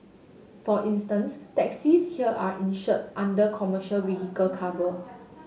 for instance taxis here are insured under commercial vehicle cover